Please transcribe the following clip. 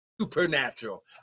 supernatural